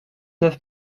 neuf